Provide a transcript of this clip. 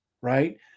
right